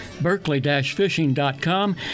berkeley-fishing.com